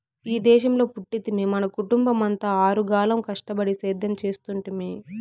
ఈ దేశంలో పుట్టితిమి మన కుటుంబమంతా ఆరుగాలం కష్టపడి సేద్యం చేస్తుంటిమి